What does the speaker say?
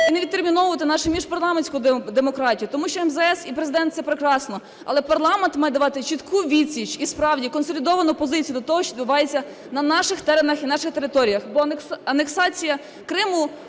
і не відтерміновувати нашу міжпарламентську демократію. Тому що МЗС і Президент – це прекрасно, але парламент має давати чітку відсіч і справді консолідовану позицію до того, що відбувається на наших теренах і наших територіях. Бо анексація Криму